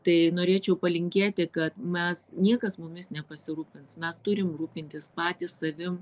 tai norėčiau palinkėti kad mes niekas mumis nepasirūpins mes turim rūpintis patys savim